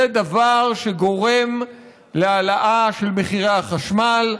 זה דבר שגורם להעלאה של מחירי החשמל,